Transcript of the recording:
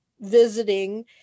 visiting